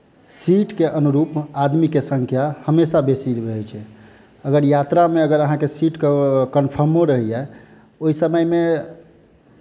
seat क अनुरूप आदमीक संख्या हमेशा बेसी रहैत छै अगर यात्रामे अहाँक सीट क कन्फर्मो रहैया ओहि समयमे